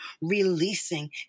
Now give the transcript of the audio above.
releasing